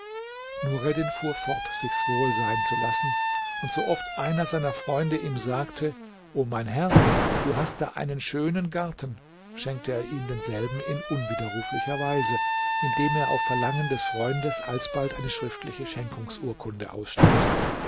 nureddin fuhr fort sich's wohl sein zu lassen und so oft einer seiner freunde ihm sagte o mein herr du hast da einen schönen garten schenkte er ihm denselben in unwiderruflicher weise indem er auf verlangen des freundes alsbald eine schriftliche schenkungsurkunde ausstellte